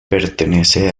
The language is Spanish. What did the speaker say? pertenece